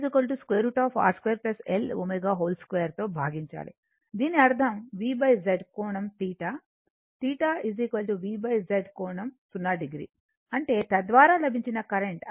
Z √ R 2 L ω2 తో భాగించాలి దీని అర్థం V Z కోణం θ θ V Z కోణం 0 o అంటే తద్వారా లభించిన current i Im sin ω t ఇది i కోణం 0 అవుతుంది